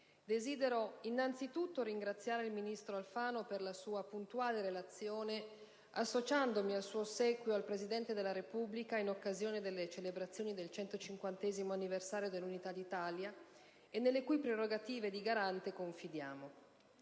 desidero innanzitutto ringraziare il ministro Alfano per la sua puntuale relazione, associandomi al suo ossequio al Presidente della Repubblica in occasione delle celebrazioni del 150° anniversario dell'Unità d'Italia, e nelle cui prerogative di garante confidiamo.